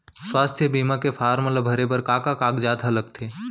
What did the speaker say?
स्वास्थ्य बीमा के फॉर्म ल भरे बर का का कागजात ह लगथे?